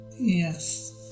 Yes